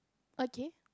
okay